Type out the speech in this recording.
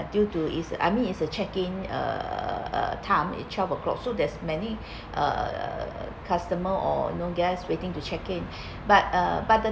due to is I mean is a check-in uh time it twelve o'clock so there's many uh customer or know guests waiting to check in but the but the